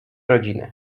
rodziny